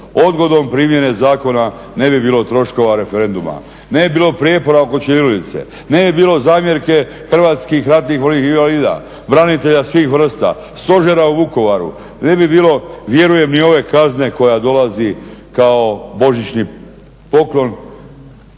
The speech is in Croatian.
Odgodom primjene zakona ne bi bilo troškova referenduma, ne bi bilo prijepora oko ćirilice, ne bi bilo zamjerke HRVI-a, branitelja svih vrsta, stožera u Vukovaru, ne bi bilo vjerujem ni ove kazne koja dolazi kao božićni poklon